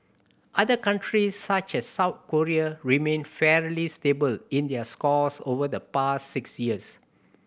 other countries such as South Korea remained fairly stable in their scores over the past six years